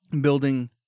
building